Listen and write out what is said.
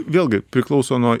vėlgi priklauso nuo